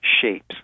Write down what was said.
shapes